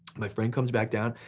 my friend comes back down,